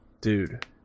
dude